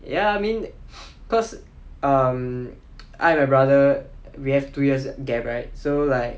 ya I mean cause um I and my brother we have two years gap right so like